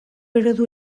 eredu